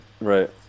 right